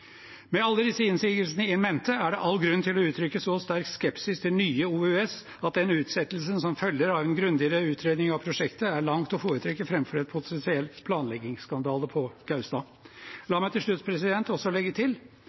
Med alle disse innsigelsene in mente er det all grunn til å uttrykke så sterk skepsis til nye OUS at den utsettelsen som følger av en grundigere utredning av prosjektet, er langt å foretrekke framfor en potensiell planleggingsskandale på Gaustad. La meg til slutt også legge